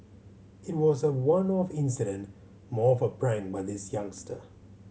it was a one off incident more of a prank by this youngster